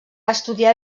estudiar